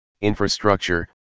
infrastructure